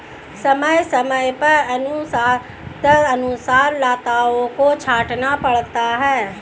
समय समय पर आवश्यकतानुसार लताओं को छांटना पड़ता है